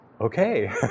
okay